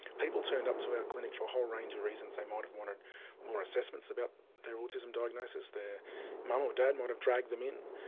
people turned up to our clinic for a whole range of reasons. they might have wanted more assessments about their autism diagnosis. their mum or dad might have dragged them in.